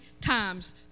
times